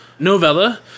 Novella